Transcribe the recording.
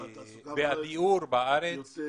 והדיור בארץ --- מה,